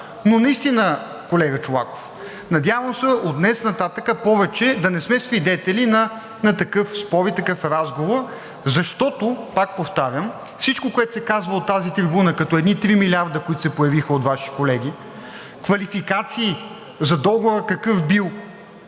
Но наистина, колега Чолаков, надявам се от днес нататък повече да не сме свидетели на такъв спор и такъв разговор, защото, пак повтарям, всичко, което се казва от тази трибуна, като едни три милиарда, които се появиха от Ваши колеги – квалификации за договора какъв бил,